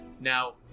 Now